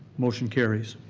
motion carries.